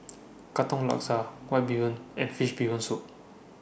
Katong Laksa White Bee Hoon and Fish Bee Hoon Soup